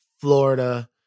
Florida